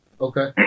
okay